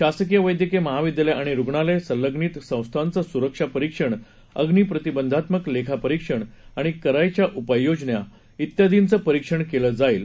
शासकीय वैद्यकीय महाविद्यालय आणि रुग्णालय संलग्नित संस्थांचे सुरक्षा परीक्षण अग्नि प्रतिबंधात्मक लेखापरीक्षण आणि करायच्या उपाययोजना इत्यादीचं परीक्षण केलं जाईल